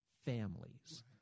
families